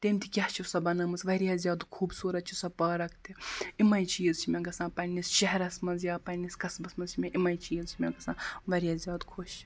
تٔمۍ تہِ کیٛاہ چھِ سۄ بَنٲومٕژ واریاہ زیادٕ خوٗبصوٗرت چھِ سۄ پارَک تہِ یِمَے چیٖز چھِ مےٚ گژھان پنٛنِس شہرَس منٛز یا پنٛنِس قصبَس منٛز چھِ مےٚ یِمَے چیٖز چھِ مےٚ گژھان واریاہ زیادٕ خۄش